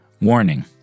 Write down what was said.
Warning